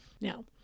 Now